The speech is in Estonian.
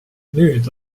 nüüd